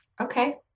Okay